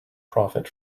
profit